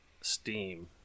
Steam